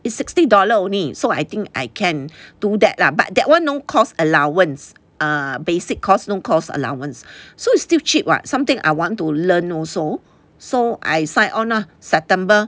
it's sixty dollar only so I think I can do that lah but that one no cost allowance err basic course no course allowance so is still cheap [what] something I want to learn also so I sign on lah september